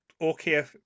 okay